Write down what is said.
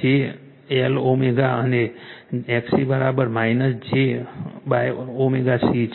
j Lω અને XC jω C છે